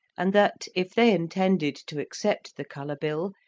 and that, if they intended to accept the colour bill,